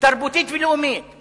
תרבותית ולאומית?